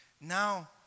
now